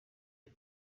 art